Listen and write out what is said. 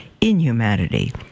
inhumanity